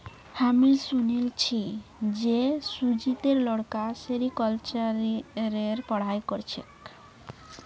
हामी सुनिल छि जे सुजीतेर लड़का सेरीकल्चरेर पढ़ाई कर छेक